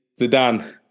Zidane